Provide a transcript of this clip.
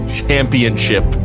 championship